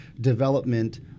development